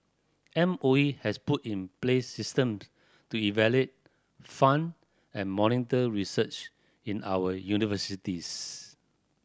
M O E has put in place systems to evaluate fund and monitor research in our universities